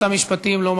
למה שרת המשפטים לא עונה?